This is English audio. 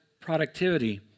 productivity